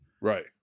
Right